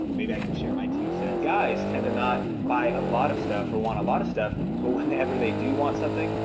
maybe i can share my two cents. guys tend to not buy a lot of stuff or want a lot of stuff, but whenever they don't want something.